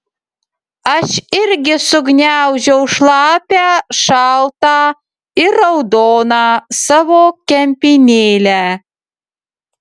aš irgi sugniaužiau šlapią šaltą ir raudoną savo kempinėlę